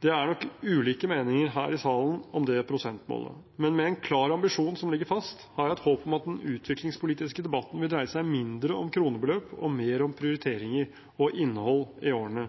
Det er nok ulike meninger her i salen om det prosentmålet. Men med en klar ambisjon som ligger fast, har jeg et håp om at den utviklingspolitiske debatten i årene fremover vil dreie seg mindre om kronebeløp og mer om prioriteringer og innhold.